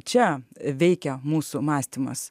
čia veikia mūsų mąstymas